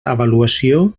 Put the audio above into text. avaluació